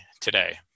today